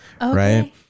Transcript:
right